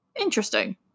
Interesting